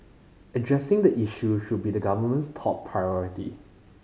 addressing the issue should be the government's top priority